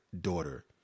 daughter